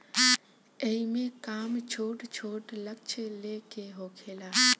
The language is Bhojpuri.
एईमे काम छोट छोट लक्ष्य ले के होखेला